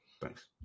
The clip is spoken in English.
Thanks